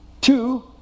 Two